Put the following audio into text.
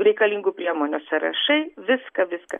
reikalingų priemonių sąrašai viską viską